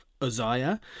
Uzziah